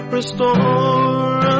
Restore